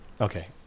Okay